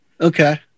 Okay